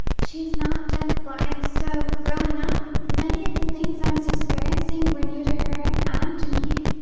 she's not deafblind, so, growing up, many of the things i was experiencing were new to her and me.